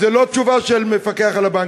זה הרושם שמתקבל.